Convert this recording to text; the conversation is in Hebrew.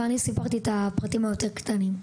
ואני סיפרתי את הפרטים היותר קטנים.